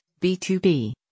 B2B